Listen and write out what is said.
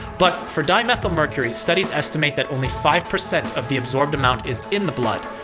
but, for dimethylmercury, studies estimate that only five percent of the absorbed amount is in the blood,